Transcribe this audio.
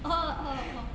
orh orh orh